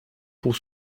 pour